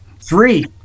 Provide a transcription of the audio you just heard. three